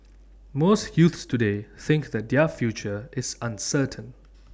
most youths today think that their future is uncertain